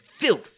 filth